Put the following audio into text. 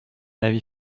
avis